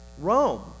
Rome